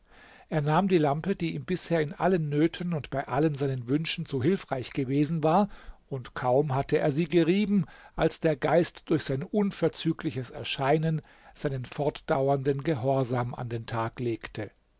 er nahm die lampe die ihm bisher in allen nöten und bei allen seinen wünschen so hilfreich gewesen war und kaum hatte er sie gerieben als der geist durch sein unverzügliches erscheinen seinen fortdauernden gehorsam an den tag legte